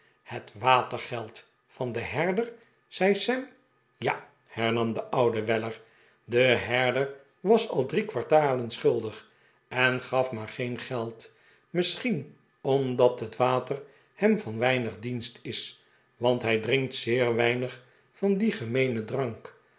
het watergeld van den herder zei sam ja hernam de oude weller de herder was al drie kwartalen schuldig en gaf maar geen geld misschien omdat het water hem van weinig dienst is want hij drinkt zeer weinig van dien gemeenen drank